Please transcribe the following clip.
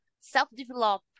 self-develop